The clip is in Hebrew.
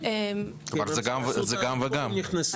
כלומר, זה גם וגם.